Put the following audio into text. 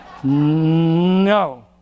No